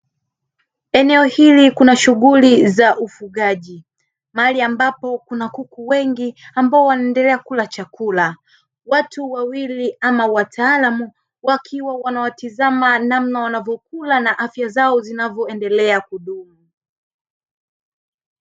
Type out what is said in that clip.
Eneo hili kuna shughuli za ufugaji, mahali ambapo kuna kuku wengi ambao wanaoendelea kula chakula, watu wawili ama wataalamu wakiwa wanawatizama namna wanavyokula na afya zao zinavyoendelea kudumu.